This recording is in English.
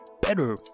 better